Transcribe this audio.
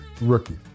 rookie